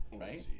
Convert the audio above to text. right